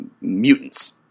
Mutants